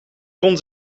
kon